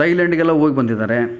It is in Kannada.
ತೈಲ್ಯಂಡ್ಗೆಲ್ಲ ಹೋಗ್ ಬಂದಿದ್ದಾರೆ